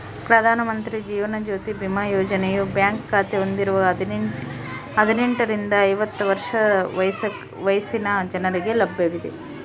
ಪ್ರಧಾನ ಮಂತ್ರಿ ಜೀವನ ಜ್ಯೋತಿ ಬಿಮಾ ಯೋಜನೆಯು ಬ್ಯಾಂಕ್ ಖಾತೆ ಹೊಂದಿರುವ ಹದಿನೆಂಟುರಿಂದ ಐವತ್ತು ವರ್ಷ ವಯಸ್ಸಿನ ಜನರಿಗೆ ಲಭ್ಯವಿದೆ